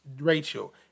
Rachel